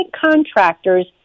contractors